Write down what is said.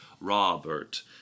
Robert